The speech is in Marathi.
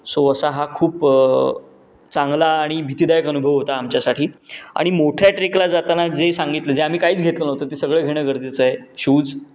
सो असा हा खूप चांगला आणि भीतीदायक अनुभव होता आमच्यासाठी आणि मोठ्या ट्रेकला जाताना जे सांगितलं जे आम्ही काहीच घेतलं नव्हतं ते सगळं घेणं गरजेचं आहे शूज